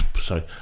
sorry